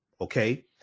okay